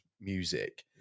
music